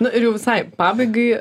na ir jau visai pabaigai